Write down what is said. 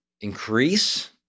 increase